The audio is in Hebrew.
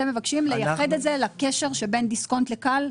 אתם מבקשים לייחד את זה לקשר שבין דיסקונט ל-כאל?